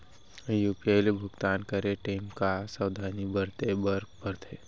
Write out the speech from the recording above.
UPI ले भुगतान करे टेम का का सावधानी बरते बर परथे